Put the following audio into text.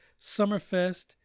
Summerfest